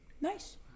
Nice